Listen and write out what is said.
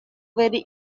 very